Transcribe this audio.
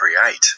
create